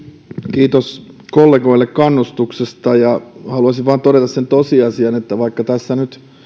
kiitos kollegoille kannustuksesta haluaisin vain todeta sen tosiasian että vaikka tässä nyt